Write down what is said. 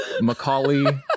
Macaulay